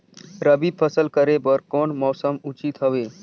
रबी फसल करे बर कोन मौसम उचित हवे?